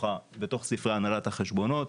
בספרי הנהלת החשבונות.